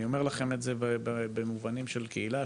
אני אומר לכם את זה במובנים של קהילה.